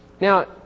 Now